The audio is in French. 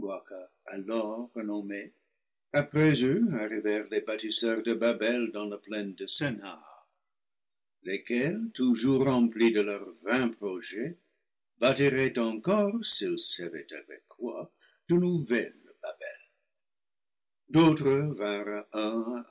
après eux arrivèrent les bâtisseurs de babel dans la plaine de sennaar lesquels toujours remplis de leur vain projet bâtiraient encore s'ils savaient avec quoi de nouvelles babels d'autres